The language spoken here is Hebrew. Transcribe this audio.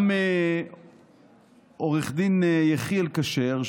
גם עו"ד יחיאל כשר,